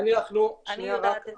אני יודעת את זה טוב מאוד.